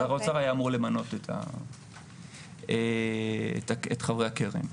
שר האוצר היה אמור למנות את חברי הקרן.